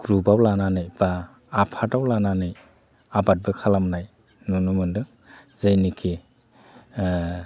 ग्रुपआव लानानै बा आफादाव लानानै आबादबो खालामनाय नुनो मोनदों जायनिखि